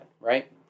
right